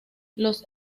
los